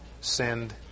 send